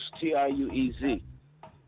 T-I-U-E-Z